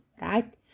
right